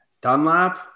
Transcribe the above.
dunlap